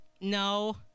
no